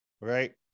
right